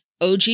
OG